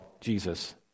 Jesus